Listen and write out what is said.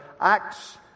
Acts